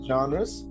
Genres